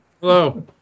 Hello